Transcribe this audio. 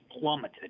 plummeted